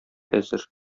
әзер